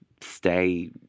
stay